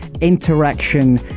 interaction